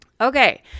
Okay